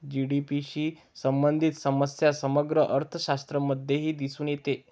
GDP शी संबंधित समस्या समग्र अर्थशास्त्रामध्येही दिसून येते